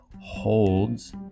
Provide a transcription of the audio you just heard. holds